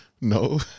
No